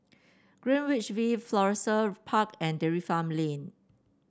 Greenwich V Florissa Park and Dairy Farm Lane